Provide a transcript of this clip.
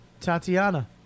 Tatiana